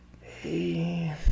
Hey –